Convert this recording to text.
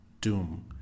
doom